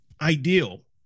ideal